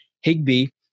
Higby